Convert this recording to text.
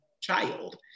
child